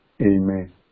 Amen